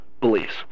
beliefs